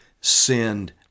sinned